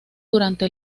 durante